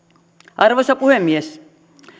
arvoisa puhemies